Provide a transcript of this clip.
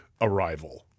arrival